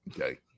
Okay